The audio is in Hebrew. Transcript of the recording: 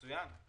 מצוין.